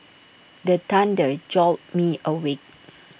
the thunder jolt me awake